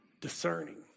discerning